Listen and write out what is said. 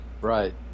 Right